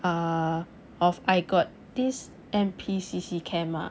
err of I got this N_P_C_C camp ah